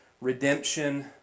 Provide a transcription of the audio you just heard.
Redemption